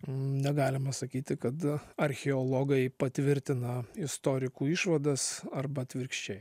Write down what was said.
negalima sakyti kad archeologai patvirtina istorikų išvadas arba atvirkščiai